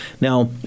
Now